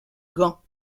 gand